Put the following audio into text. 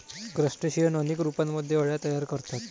crustacean अनेक रूपांमध्ये अळ्या तयार करतात